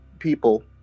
people